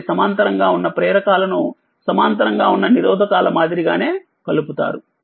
కాబట్టిసమాంతరంగా ఉన్న ప్రేరకాలను సమాంతరంగా ఉన్న నిరోధకాల మాదిరిగానేకలుపుతారు